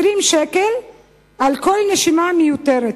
20 שקל על כל נשימה מיותרת,